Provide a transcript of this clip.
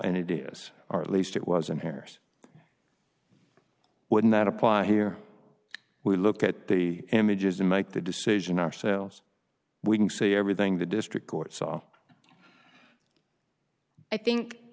and it is our at least it wasn't here's would not apply here we look at the images and make the decision ourselves we can see everything the district court saw i think